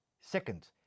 Second